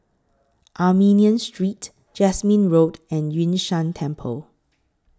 Armenian Street Jasmine Road and Yun Shan Temple